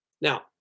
Now